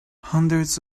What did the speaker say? hundreds